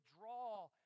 draw